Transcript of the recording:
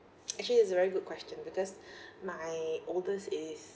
actually it's a very good question because my oldest is